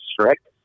strict